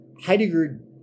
heidegger